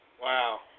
Wow